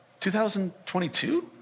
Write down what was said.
2022